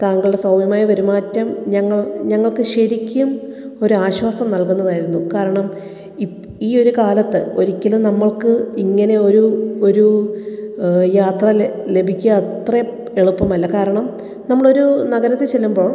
താങ്കളുടെ സൗമ്യമായ പെരുമാറ്റം ഞങ്ങൾ ഞങ്ങക്ക് ശരിക്കും ഒരാശ്വാസം നൽകുന്നതായിരുന്നു കാരണം ഇപ് ഈ ഒരു കാലത്ത് ഒരിക്കലും നമ്മൾക്ക് ഇങ്ങനെ ഒരു ഒരു യാത്ര ല ലഭിക്ക അത്ര എളുപ്പം അല്ല കാരണം നമ്മളൊരു നഗരത്തി ചെല്ലുമ്പോൾ